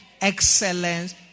excellence